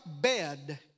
bed